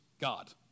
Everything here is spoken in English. God